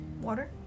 Water